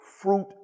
fruit